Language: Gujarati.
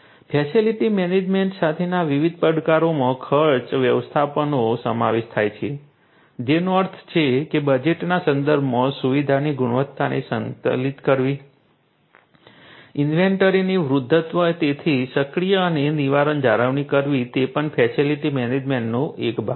ફેસિલિટી મેનેજમેન્ટ સાથેના વિવિધ પડકારોમાં ખર્ચ વ્યવસ્થાપનનો સમાવેશ થાય છે જેનો અર્થ છે કે બજેટના સંદર્ભમાં સુવિધાની ગુણવત્તાને સંતુલિત કરવી ઇન્વેન્ટરીની વૃદ્ધત્વ તેથી સક્રિય અને નિવારક જાળવણી કરવી તે પણ આ ફેસિલિટી મેનેજમેન્ટનો એક ભાગ છે